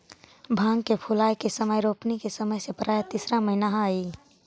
भांग के फूलाए के समय रोपनी के समय से प्रायः तीसरा महीना हई